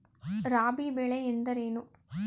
ರಾಬಿ ಬೆಳೆ ಎಂದರೇನು?